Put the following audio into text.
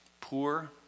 poor